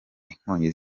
inkongi